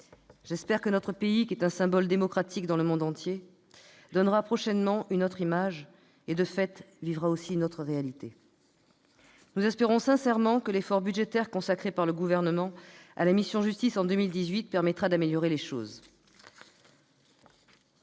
J'espère que notre pays, qui est un symbole démocratique dans le monde entier, donnera prochainement une autre image et, de fait, vivra une autre réalité. Nous espérons sincèrement que l'effort budgétaire consacré par le Gouvernement à la mission « Justice » en 2018 permettra d'améliorer les choses.